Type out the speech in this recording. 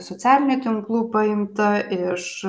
socialinių tinklų paimta iš